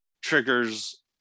triggers